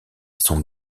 son